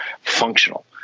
functional